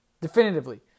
definitively